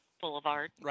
Boulevard